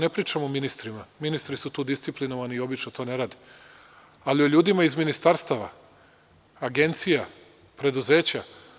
Ne pričam o ministrima, ministri su tu disciplinovani i obično to ne rade, ali o ljudima iz ministarstava, agencija, preduzeća.